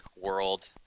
world